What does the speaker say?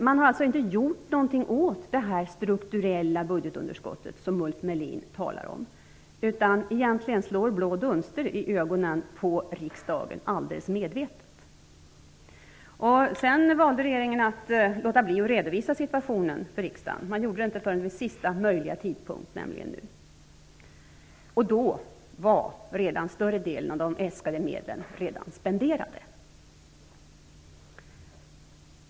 Man har alltså inte gjort något åt det strukturella budgetunderskottet som Ulf Melin talar om. Egentligen slår man blå dunster i ögonen på riksdagen alldeles medvetet. Regeringen valde att låta bli att redovisa situationen för riksdagen. Man gjorde inte det förrän vid senast möjliga tidpunkt, nämligen nu. Då var större delen av de äskade medlen redan spenderade.